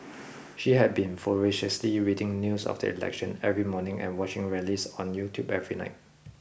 she had been voraciously reading news of the election every morning and watching rallies on YouTube every night